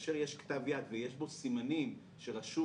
שכאשר יש כתב יד ויש בו סימנים שרשום